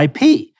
IP